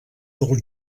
del